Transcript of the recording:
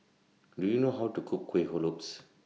Do YOU know How to Cook Kuih Lopes